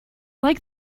like